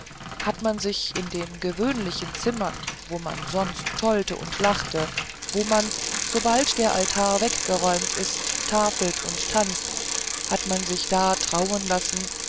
hat man sich in den gewöhnlichen zimmern wo man sonst tollte und lachte wo man sobald der altar weggeräumt ist tafelt und tanzt hat man sich da trauen lassen